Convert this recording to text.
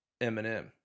Eminem